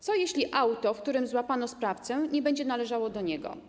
Co będzie, jeśli auto, w którym złapano sprawcę, nie będzie należało do niego?